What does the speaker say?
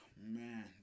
man